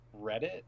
Reddit